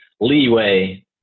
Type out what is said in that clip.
leeway